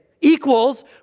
equals